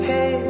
Hey